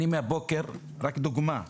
רק דוגמה.